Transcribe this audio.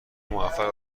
موفق